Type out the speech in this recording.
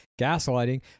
gaslighting